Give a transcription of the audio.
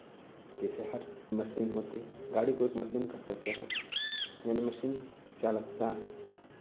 जैसे हर मशीन होती है गाड़ी को एक मशीन कह सकते हैं यानि मशीन चालकता